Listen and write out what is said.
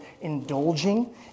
indulging